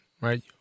right